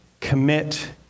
Commit